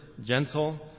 gentle